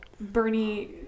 Bernie